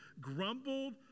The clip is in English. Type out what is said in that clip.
grumbled